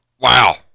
Wow